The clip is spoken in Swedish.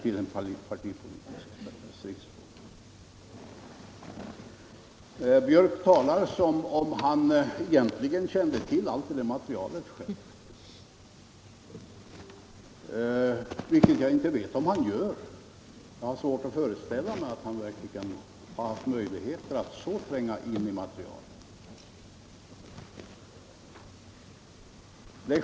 Herr Björck talar som om han egentligen kände till allt det där materialet själv, vilket jag inte vet om han gör. Jag har svårt att tro att han verkligen har haft möjligheter att så tränga in i materialet.